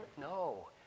No